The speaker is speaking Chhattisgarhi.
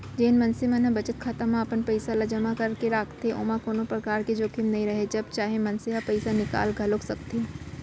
जेन मनसे मन ह बचत खाता म अपन पइसा ल जमा करके राखथे ओमा कोनो परकार के जोखिम नइ राहय जब चाहे मनसे ह पइसा निकाल घलौक सकथे